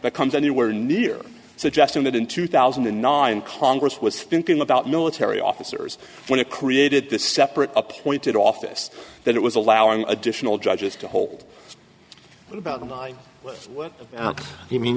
that comes anywhere near suggesting that in two thousand and nine congress was thinking about military officers when it created the separate appointed office that it was allowing additional judges to hold what about them i mean